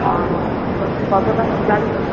ও কতটা কী লাগবে